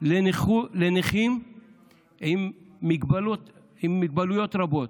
לנכים עם מוגבלויות רבות.